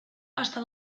hasta